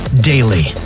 daily